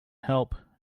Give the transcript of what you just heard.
help